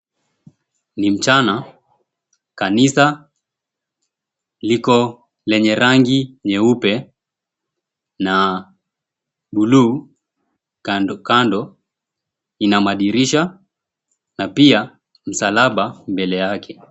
Ni mchana kanisa liko lenye rangi nyeupe na buluu kandokando na madirisha na pia msalaba mbele yake.